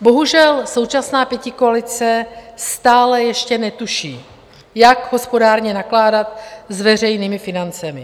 Bohužel současná pětikoalice stále ještě netuší, jak hospodárně nakládat s veřejnými financemi.